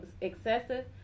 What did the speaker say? excessive